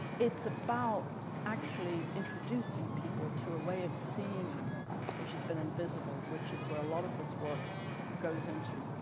it's about actually introducing people to a way of seeing us which has been invisible, which is where a lot of this work goes into.